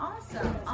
Awesome